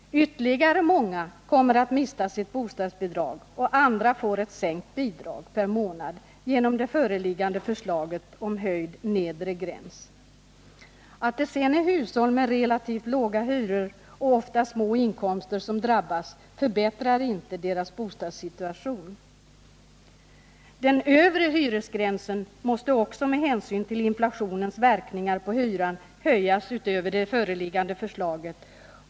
Ytterligare många kommer att mista sitt bostadsbidrag och andra får ett sänkt bidrag per månad genom det föreliggande förslaget om höjning av nedre gräns. Att det sedan är hushåll med relativt låga hyror och ofta små inkomster som drabbas förbättrar inte deras bostadssituation. Den övre hyresgränsen måste också med hänsyn till inflationens verkningar på hyran höjas utöver det föreliggande förslaget.